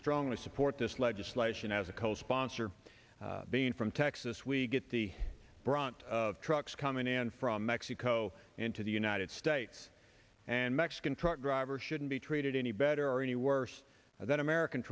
strongly support this legislation as a co sponsor being from texas we get the brunt of trucks coming in from mexico the united states and mexican truck driver shouldn't be treated any better or any worse than american